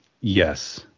yes